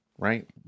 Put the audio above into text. right